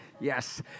Yes